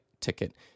ticket